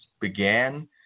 began